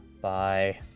bye